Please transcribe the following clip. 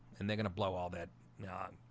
and they're gonna blow all that yeah, um